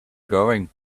going